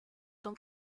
dans